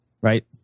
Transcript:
Right